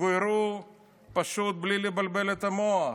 גוירו פשוט בלי לבלבל את המוח.